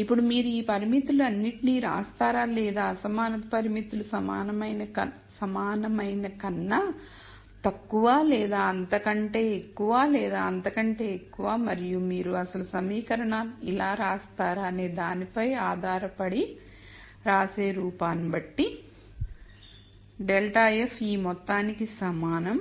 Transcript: ఇప్పుడు మీరు ఈ పరిమితులన్నింటినీ వ్రాస్తారా లేదా అసమానత పరిమితులు సమానమైన కన్నా తక్కువ లేదా అంతకంటే ఎక్కువ లేదా అంతకంటే ఎక్కువ మరియు మీరు అసలు సమీకరణాన్ని ఇలా వ్రాస్తారా అనే దానిపై ఆధారపడి వ్రాసే రూపాన్ని బట్టి ∇ f ఈ మొత్తానికి సమానం